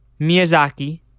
Miyazaki